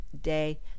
day